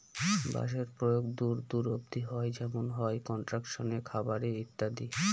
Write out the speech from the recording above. বাঁশের প্রয়োগ দূর দূর অব্দি হয় যেমন হয় কনস্ট্রাকশনে, খাবারে ইত্যাদি